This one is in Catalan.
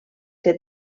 que